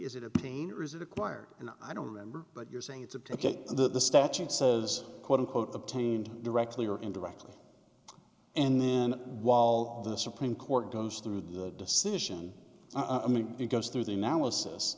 is it a pain or is it acquired and i don't remember but you're saying it's a ticket and that the statute says quote unquote obtained directly or indirectly and then while the supreme court goes through the decision i mean it goes through the analysis